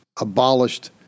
abolished